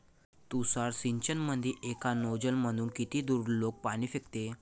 तुषार सिंचनमंदी एका नोजल मधून किती दुरलोक पाणी फेकते?